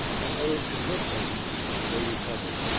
and owing to her presence they recovered.